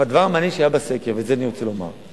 הדבר המעניין שהיה בסקר, ואת זה אני רוצה לומר: